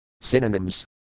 Synonyms